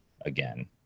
again